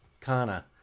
Kana